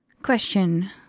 Question